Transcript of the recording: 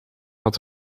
had